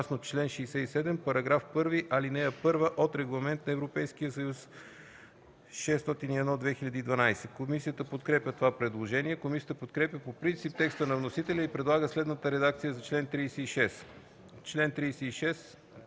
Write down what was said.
чл. 67, § 1, ал. 1 от Регламент на Европейския съюз № 601/2012.” Комисията подкрепя предложението. Комисията подкрепя по принцип текста на вносителя и предлага следната редакция за чл. 36: